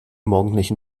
morgendlichen